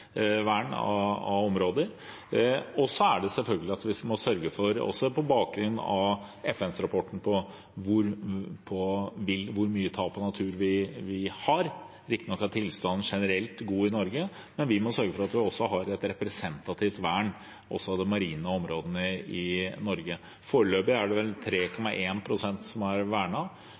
vern av områder. Når det gjelder hvor mye tap av natur vi har, er riktignok tilstanden generelt god i Norge, men vi må sørge for – også på bakgrunn av FN-rapporten – å ha et representativt vern også av de marine områdene i Norge. Foreløpig er det vel 3,1 pst. som er